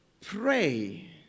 pray